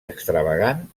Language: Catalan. extravagant